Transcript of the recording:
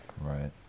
Right